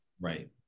Right